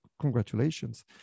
congratulations